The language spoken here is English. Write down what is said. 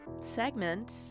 segment